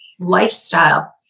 Lifestyle